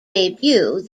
debut